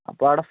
അപ്പം അവിടെ